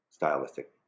Stylistic